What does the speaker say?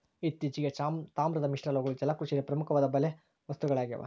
ಇತ್ತೀಚೆಗೆ, ತಾಮ್ರದ ಮಿಶ್ರಲೋಹಗಳು ಜಲಕೃಷಿಯಲ್ಲಿ ಪ್ರಮುಖವಾದ ಬಲೆ ವಸ್ತುಗಳಾಗ್ಯವ